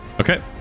Okay